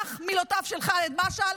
כך מילותיו של חאלד משעל.